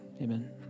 amen